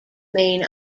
main